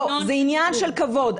לא, זה עניין של כבוד.